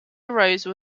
arose